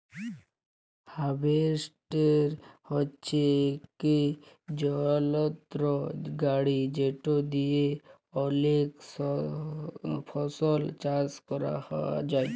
harvester হছে ইকট যলত্র গাড়ি যেট দিঁয়ে অলেক ফসল চাষ ক্যরা যায়